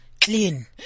clean